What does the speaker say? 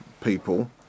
people